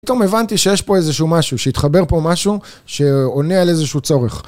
פתאום הבנתי שיש פה איזשהו משהו שהתחבר פה משהו שעונה על איזשהו צורך